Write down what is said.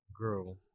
Girl